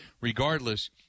regardless